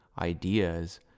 ideas